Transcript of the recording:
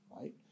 right